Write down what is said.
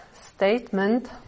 statement